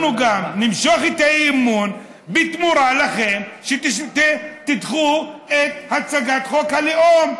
אנחנו גם נמשוך את האי-אמון בתמורה לכך שתדחו את הצגת חוק הלאום.